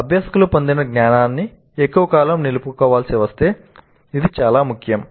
అభ్యాసకులు పొందిన జ్ఞానాన్ని ఎక్కువ కాలం నిలుపుకోవాల్సి వస్తే ఇది చాలా ముఖ్యం